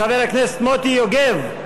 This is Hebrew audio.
חבר הכנסת מוטי יוגב.